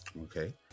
okay